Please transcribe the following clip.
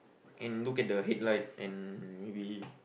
and you look at the headline and maybe